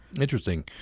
Interesting